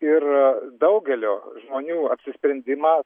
ir daugelio žmonių apsisprendimą